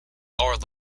are